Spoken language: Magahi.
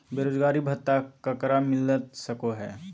बेरोजगारी भत्ता ककरा मिलता सको है?